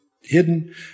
hidden